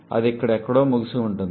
అది ఇక్కడ ఎక్కడో ముగిసి ఉండేది